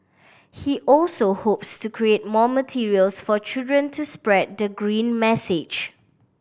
he also hopes to create more materials for children to spread the green message